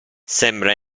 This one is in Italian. sembra